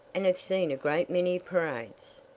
and have seen a great many parades.